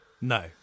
No